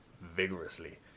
vigorously